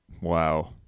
wow